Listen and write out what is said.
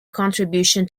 contribution